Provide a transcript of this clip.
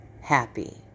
happy